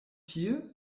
tie